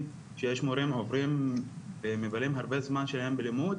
שיש מורים שמבלים הרבה זמן שלהם בלימוד